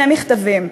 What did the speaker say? שני מכתבים,